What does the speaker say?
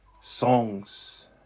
songs